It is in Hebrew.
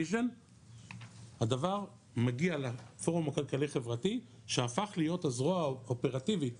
הדבר מגיע לפורום הכלכלי חברתי שהפך להיות הזרוע האופרטיבית